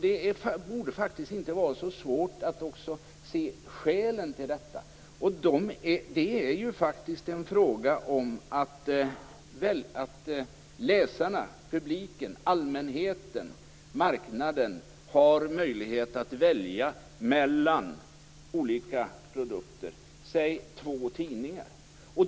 Det borde faktiskt inte vara så svårt att också se skälen till detta. Det är faktiskt en fråga om att läsarna, publiken, allmänheten, marknaden har möjlighet att välja mellan olika produkter, säg två tidningar.